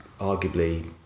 arguably